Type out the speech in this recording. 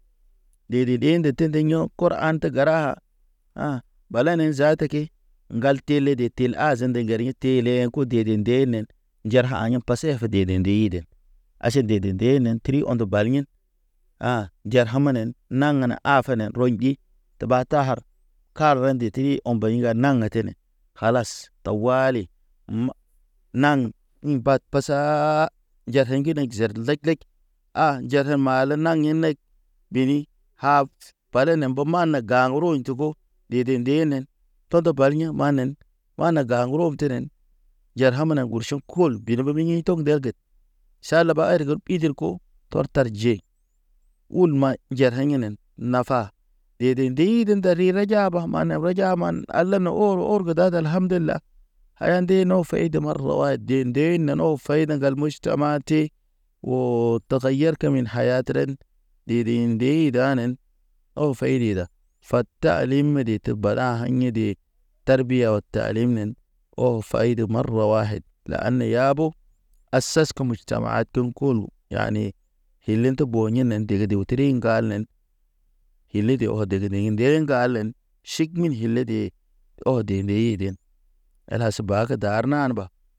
Ɗeɗe ɗeeɗe tende yɔk kɔr an tə gəra a, bala ne zaata ke. Ŋgal tele de tel a zande ŋgariye tee le in ku dede deenen. Njarhan haya̰ pasef dede deyde, aʃe dede deenen tri ondə bariyen. Jar hamanen, naŋ na afene rɔyɗi teɓa ta har. Kar ɓa ndeti ɔmbay ŋga naŋ tene, kalas tawali. Naŋ in bat basaa, jar heɲ ŋginek zer lek- lek a jar kem maala nak in nek. Bini haw pale ne mbo nama ga̰ uru jugu, dede deenen todo bariyḛ manen. Wa ga̰ uruf tinen jar hamana urʃok kol biri ba biyḛ tog ɓer ged. Ʃala ba aren ge iden ko tɔr tarje ul maɲ jar ha̰ inen. Nafa dede ndiige ndarire jaba, bwa man ne ja man na. Ala na ho hor ge dad al ham ndela. Aya nde no faydə marwayd de dee neno fayd ŋgal moʃ tama te. Oo toko yer keme haya tren dede deey danen Ɔl faydi da fat ha lim te bala ha̰ hiyede. Tar biya o ta linen ɔ fayde marwayd. Ɗan ne yabo asas ke mu tʃam a təŋ kulu, yani tele te bo yinen dege dege te, tri ŋgal nen dili de ɔ dege dege nde ŋgalen. Ʃik min hile de ɔ de deeden elas ba ke dar naa ba.